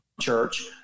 church